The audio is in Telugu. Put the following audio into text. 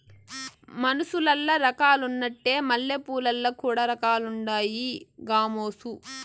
మనుసులల్ల రకాలున్నట్లే మల్లెపూలల్ల కూడా రకాలుండాయి గామోసు